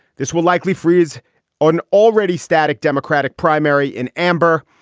this will likely freeze an already static democratic primary in amber.